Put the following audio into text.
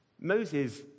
Moses